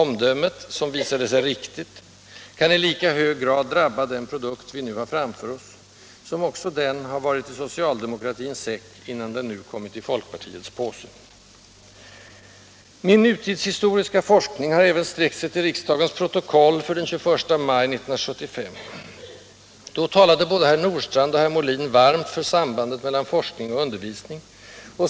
Omdömet — som visade sig riktigt — kan i lika hög grad drabba den produkt vi nu har framför oss, som också den har varit i socialdemokratins säck innan den nu kommit i folkpartiets påse. Min nutidshistoriska forskning har även sträckt sig till riksdagens protokoll för den 21 maj 1975. Då talade både herr Nordstrandh och herr Molin varmt för sambandet mellan forskning och undervisning .